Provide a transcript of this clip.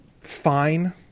fine